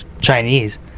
Chinese